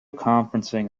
conferencing